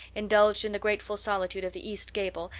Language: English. indulged in the grateful solitude of the east gable,